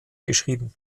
geschrieben